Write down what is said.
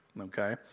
okay